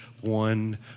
one